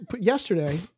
yesterday